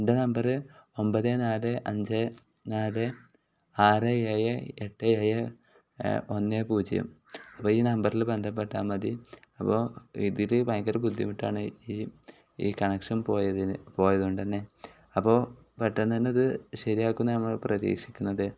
എൻ്റെ നമ്പർ ഒൻപത് നാല് അഞ്ച് നാല് ആറ് ഏഴ് എട്ട് ഏഴ് ഒന്ന് പൂജ്യം അപ്പം ഈ നമ്പറിൽ ബന്ധപ്പെട്ടാൽ മതി അപ്പോൾ ഇതിൽ ഭയങ്കര ബുദ്ധിമുട്ടാണ് ഈ ഈ കണക്ഷൻ പോയതിന് പോയതു കൊണ്ടു തന്നെ അപ്പോൾ പെട്ടെന്നു തന്നെയത് ശരിയാക്കുമെന്നു നമ്മൾ പ്രതീക്ഷിക്കുന്നത്